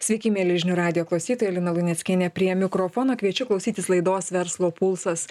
sveiki mieli žinių radijo klausytojai lina luneckienė prie mikrofono kviečiu klausytis laidos verslo pulsas